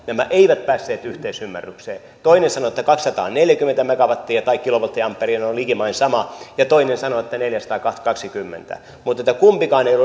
nämä eivät päässeet yhteisymmärrykseen toinen sanoi että kaksisataaneljäkymmentä megawattia tai kilovolttiampeeria ne ovat likimain samat ja toinen sanoi että neljäsataakaksikymmentä mutta kumpikaan ei ollut